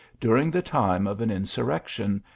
during the time of. an insurrection,